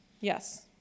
Yes